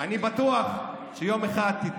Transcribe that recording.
אני בטוח שיום אחד תתפכחו,